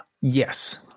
yes